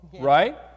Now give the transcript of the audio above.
Right